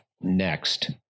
next